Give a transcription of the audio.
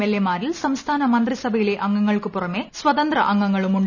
എൽഎമാരിൽ സംസ്ഥാന മന്ത്രിസഭയിളല്ല അംഗങ്ങൾക്ക് ് പുറമേ സ്വതന്ത്ര അംഗങ്ങളുമുണ്ട്